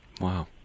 Wow